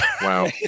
Wow